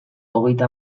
hogeita